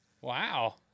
Wow